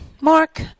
Mark